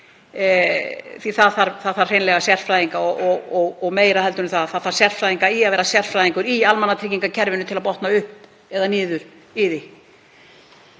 Það þarf hreinlega sérfræðinga og meira en það, það þarf sérfræðinga í að vera sérfræðingar í almannatryggingakerfinu til að botna í því.